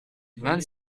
vingt